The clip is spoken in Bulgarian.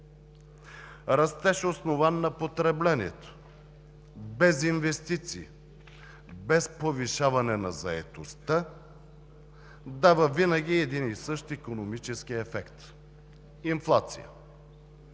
Растеж, основан на потреблението без инвестиции, без повишаване на заетостта, дава винаги един и същ икономически ефект – инфлация.